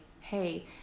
hey